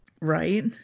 Right